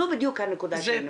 זו בדיוק הנקודה שהיא נמצאת בה.